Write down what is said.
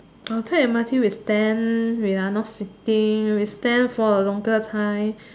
while take M_R_T we stand we are not sitting we stand for a longer time